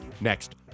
next